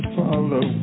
follow